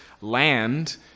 land